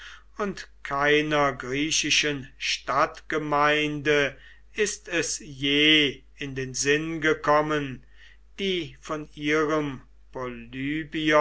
und keiner griechischen stadtgemeinde ist es je in den sinn gekommen die von ihrem polybios